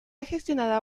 gestionada